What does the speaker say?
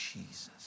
Jesus